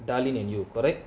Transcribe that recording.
darlene and you correct